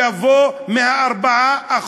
יבוא מה-4%.